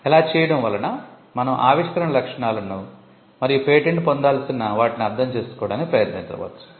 ఇలా చేయడం వలన మనం ఆవిష్కరణ లక్షణాలను మరియు పేటెంట్ పొందాల్సిన వాటిని అర్థం చేసుకోవడానికి ప్రయత్నించవచ్చు